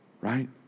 right